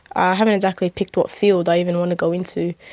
i haven't exactly picked what field i even want to go into.